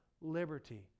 liberty